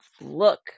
look